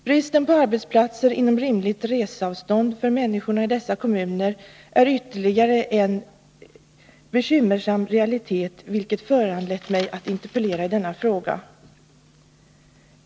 Bristen på arbetsplatser inom rimligt reseavstånd för människorna i dessa kommuner är ytterligare en bekymmersam realitet, vilket föranlett mig att interpellera i denna fråga.